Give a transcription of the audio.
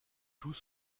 tous